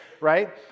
right